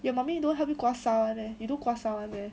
your mummy don't help you 刮痧 [one] meh you don't 刮痧 [one] meh